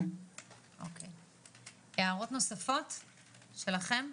הערות נוספות שלכם?